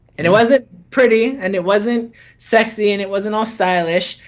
and it wasn't pretty and it wasn't sexy, and it wasn't all stylish.